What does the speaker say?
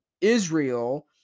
Israel